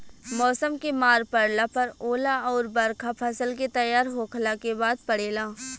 मौसम के मार पड़ला पर ओला अउर बरखा फसल के तैयार होखला के बाद पड़ेला